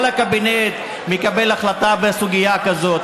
כל הקבינט מקבל החלטה בסוגיה כזאת,